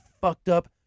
fucked-up